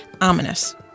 ominous